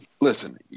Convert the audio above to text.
listen